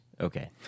Okay